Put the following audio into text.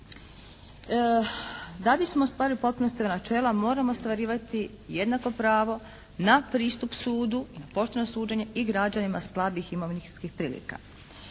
Da bismo ostvarili u potpunosti načela moramo ostvarivati jednako pravo na pristup sudu, na pošteno suđenje i građanima slabih imovinskih prilika.